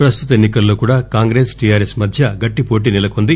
పస్తుత ఎన్నికల్లో కూడా కాంగ్రెస్ టీఆర్ఎస్ మధ్య గట్టిపోటీ నెలకొంది